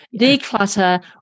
declutter